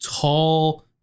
tall